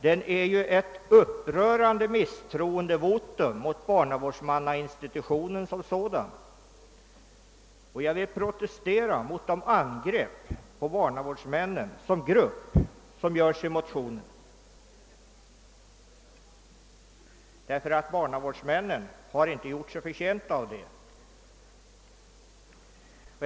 Denna motion är ett upprörande misstroendevotum mot barnavårdsmannainstitutionen som sådan, och jag vill protestera mot de angrepp på barnavårdsmännen som grupp som görs i motionen. Barnavårdsmännen har inte gjort sig förtjänta därav.